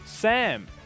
Sam